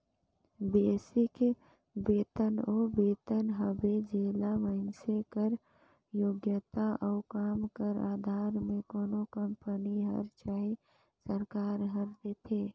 basic बेतन ओ बेतन हवे जेला मइनसे कर योग्यता अउ काम कर अधार में कोनो कंपनी हर चहे सरकार हर देथे